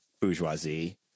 bourgeoisie